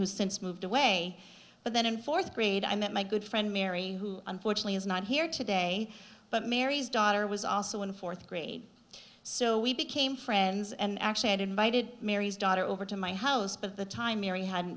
who's since moved away but then in fourth grade i met my good friend mary who unfortunately is not here today but mary's daughter was also in fourth grade so we became friends and actually had invited mary's daughter over to my house but the time mary had